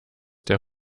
der